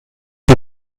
wie